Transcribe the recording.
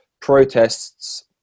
protests